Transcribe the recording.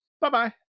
Bye-bye